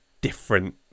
different